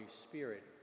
Spirit